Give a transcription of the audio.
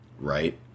Right